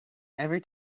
every